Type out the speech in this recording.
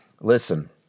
Listen